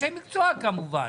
אנשי מקצוע כמובן.